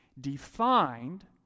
defined